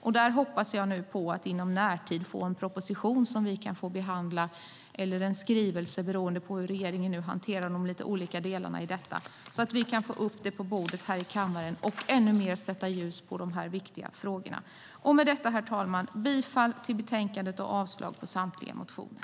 Jag hoppas nu att vi i närtid får en proposition eller en skrivelse, beroende på hur regeringen hanterar detta, som vi kan behandla här i kammaren och därmed sätta ljus på de här viktiga frågorna. Herr talman! Med detta yrkar jag bifall till förslaget i betänkandet och avslag på samtliga motioner.